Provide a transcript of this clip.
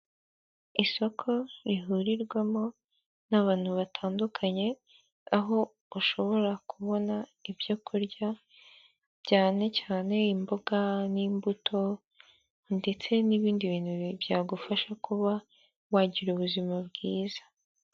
Isoko rihurirwamo n'abantu batandukanye, aho ushobora kubona ibyo kurya cyane cyane imboga n'imbuto ndetse n'ibindi bintu byagufasha kuba wagira ubuzima bwiza.